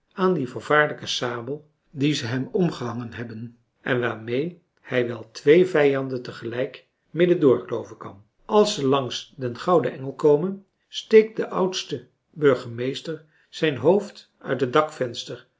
aan die vervaarlijke sabel die ze hem omgehangen hebben en waarmee hij wel twee vijanden te gelijk middendoor kloven kan als ze langs den gouden engel komen steekt de oudste burgemeester zijn hoofd uit het dakvenster